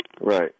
right